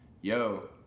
yo